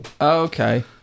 Okay